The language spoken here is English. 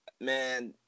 man